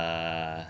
uh